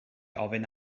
ofyn